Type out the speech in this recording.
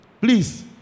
Please